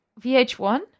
VH1